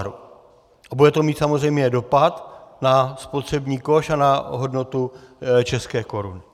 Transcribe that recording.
A bude to mít samozřejmě dopad na spotřební koš a na hodnotu české koruny.